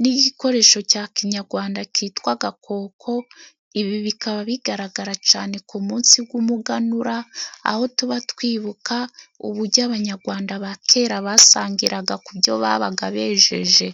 n'igikoresho cya kinyagwanda kitwa agakoko. Ibi bikaba bigaragara cyane ku munsi g'umuganura aho tuba twibuka uburyo Abanyagwanda ba kera basangiraga ku byo babaga bejeje.